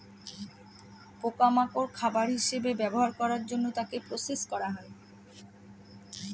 পোকা মাকড় খাবার হিসেবে ব্যবহার করার জন্য তাকে প্রসেস করা হয়